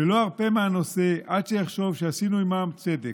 ולא ארפה מהנושא עד שאחשוב שעשינו עימם צדק.